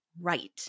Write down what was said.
right